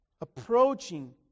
approaching